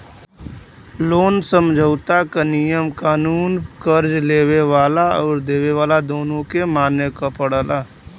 loan समझौता क नियम कानून कर्ज़ लेवे वाला आउर देवे वाला दोनों के माने क पड़ला